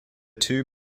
two